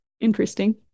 Interesting